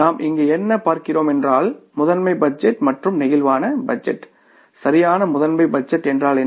நாம் இங்கு என்ன பார்க்கிறோம் என்றால் மாஸ்டர் பட்ஜெட் மற்றும் பிளேக்சிபிள் பட்ஜெட் சரியான மாஸ்டர் பட்ஜெட் என்றால் என்ன